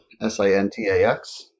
S-I-N-T-A-X